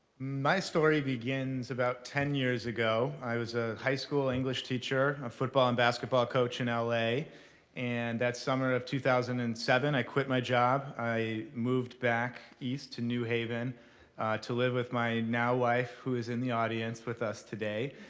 my story begins about ten years ago. i was a high school english teacher, a football and basketball coach in ah la. and that summer of two thousand and seven i quit my job, i moved back east to new haven to live with my, now, wife who is in the audience with us today.